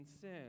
sin